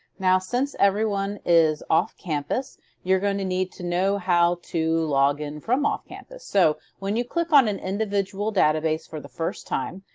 now since everyone is off campus you're going to need to know how to log in from off-campus. so when you click on an individual database for the first time,